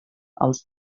els